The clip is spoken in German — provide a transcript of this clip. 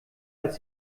als